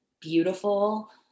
beautiful